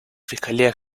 fiscalía